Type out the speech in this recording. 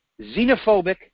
xenophobic